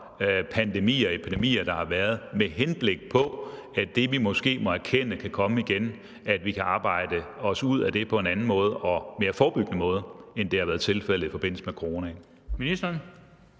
pandemier og epidemier, der har været, med henblik på at vi kan arbejde os ud af det, som vi måske må erkende kan komme igen, på en anden måde og en mere forebyggende måde, end det har været tilfældet i forbindelse med coronaen?